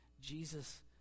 Jesus